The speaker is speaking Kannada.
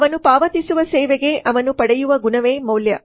ಅವನು ಪಾವತಿಸುವ ಸೇವೆಗೆ ಅವನು ಪಡೆಯುವ ಗುಣವೇ ಮೌಲ್ಯ